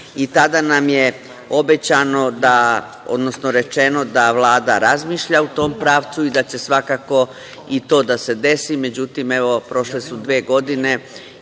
i tada nam je obećano, odnosno rečeno da Vlada razmišlja u tom pravcu i da će svakako i to da se desi. Međutim, prošle su dve godine